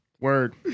Word